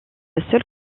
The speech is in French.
seule